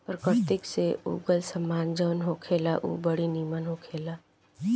प्रकृति से उगल सामान जवन होखेला उ बड़ी निमन होखेला